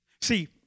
See